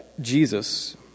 Jesus